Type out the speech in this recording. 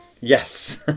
Yes